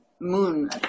moon